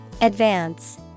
Advance